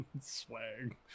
swag